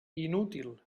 inútil